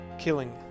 Killing